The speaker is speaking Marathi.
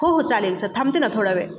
हो हो चालेल सर थांबते ना थोडा वेळ